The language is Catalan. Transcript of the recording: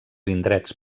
indrets